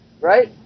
right